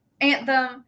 Anthem